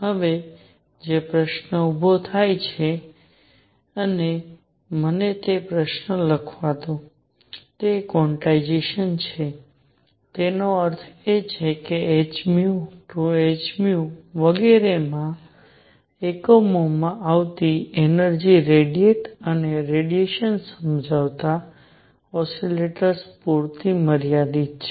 હવે જે પ્રશ્ન ઊભો થાય છે અને મને તે પ્રશ્ન લખવા દો તે ક્વોન્ટાઇઝેશન છે તેનો અર્થ એ છે કે h ν 2 h ν વગેરેના એકમોમાં આવતી એનર્જિ રેડીયેટ અને રેડિયેશન સમજાવતા ઓસિલેટર્સ પૂરતી મર્યાદિત છે